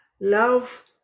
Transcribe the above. love